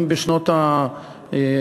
אם בשנות האלפיים,